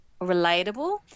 relatable